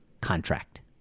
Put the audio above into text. contract